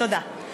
תודה.